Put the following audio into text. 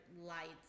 lights